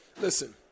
listen